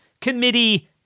committee